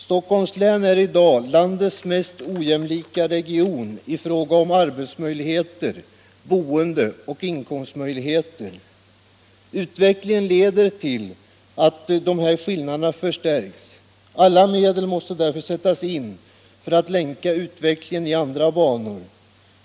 Stockholms län är i dag landets mest ojämlika region i fråga om arbetsmöjligheter, boende och inkomstmöjligheter. Utvecklingen leder till att dessa skillnader förstärks. Alla medel måste därför sättas in för att länka utvecklingen i andra banor.